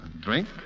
Drink